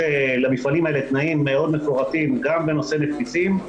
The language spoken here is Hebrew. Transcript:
למפעלים האלה יש תנאים מאוד מפורטים גם בנושא נפיצים,